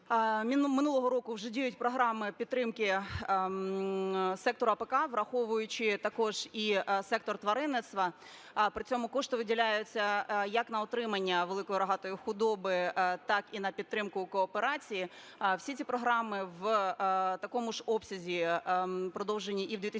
минулого року вже діють програми підтримки сектору АПК, враховуючи також і сектор тваринництва. При цьому кошти виділяються як на утримання великої рогатої худоби, так і на підтримку кооперації. Всі ці програми в такому ж обсязі продовжені і в 2019 році.